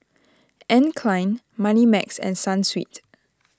Anne Klein Moneymax and Sunsweet